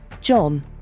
John